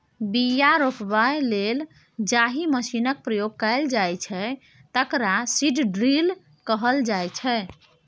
बीया रोपय लेल जाहि मशीनक प्रयोग कएल जाइ छै तकरा सीड ड्रील कहल जाइ छै